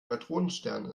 neutronenstern